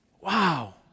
wow